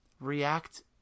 react